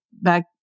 back